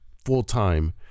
full-time